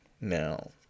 No